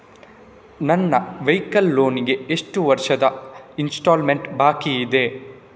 ನನ್ನ vehicle loan ಗೆ ಎಷ್ಟು ವರ್ಷದ ಇನ್ಸ್ಟಾಲ್ಮೆಂಟ್ ಬಾಕಿ ಇದೆ?